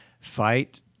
fight